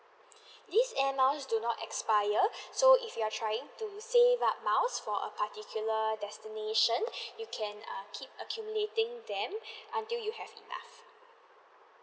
this air miles do not expire so if you're trying to save up miles for a particular destination you can uh keep accumulating them until you have enough